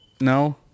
no